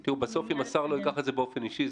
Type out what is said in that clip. בסוף אם השר לא ייקח את זה באופן אישי,